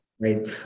Right